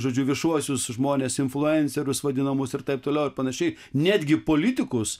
žodžiu viešuosius žmones influencerius vadinamus ir taip toliau ir panašiai netgi politikus